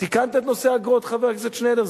תיקנת את נושא האגרות, חבר הכנסת שנלר?